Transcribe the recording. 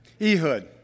Ehud